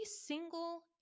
single